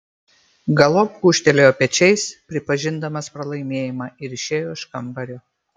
galop gūžtelėjo pečiais pripažindamas pralaimėjimą ir išėjo iš kambario